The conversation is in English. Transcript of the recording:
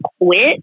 quit